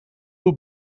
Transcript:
who